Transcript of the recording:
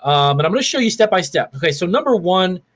um but i'm gonna show you step by step. okay, so number one,